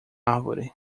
árvore